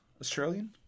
Australian